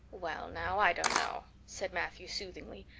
well now, i dunno, said matthew soothingly.